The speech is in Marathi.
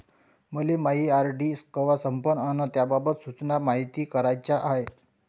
मले मायी आर.डी कवा संपन अन त्याबाबतच्या सूचना मायती कराच्या हाय